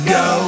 go